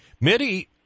Mitty